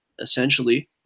essentially